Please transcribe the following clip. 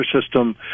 system